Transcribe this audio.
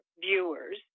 viewers